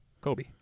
Kobe